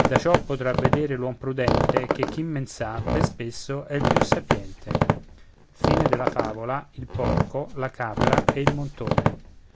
da ciò potrà vedere l'uom prudente che chi men sa ben spesso è il più sapiente e